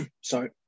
Sorry